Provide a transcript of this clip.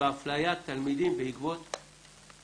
באפליית תלמידים בעקבות